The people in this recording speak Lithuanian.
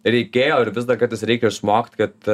reikėjo ir vis du kartais reikia išmokt kad